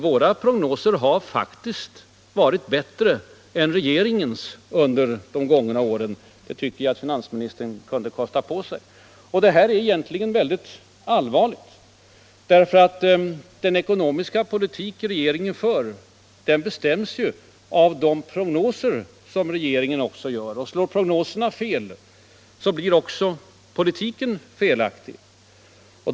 Våra prognoser har faktiskt varit bättre än regeringens under de gångna åren. Det tycker jag finansministern kunde kosta på sig att erkänna. Det här är egentligen mycket allvarligt, därför att den ekonomiska politik som regeringen för bestäms av de prognoser som regeringen gör. Slår prognoserna fel så blir också politiken felaktig.